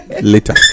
later